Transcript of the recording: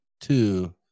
Two